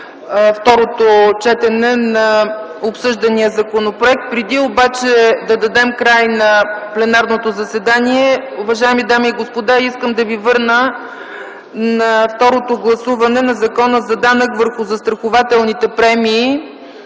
второто четене на обсъждания законопроект. Преди обаче да дадем край на пленарното заседание, уважаеми дами и господа, искам да ви върна на второто гласуване на Закона за данък върху застрахователните премии.